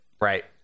Right